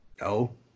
no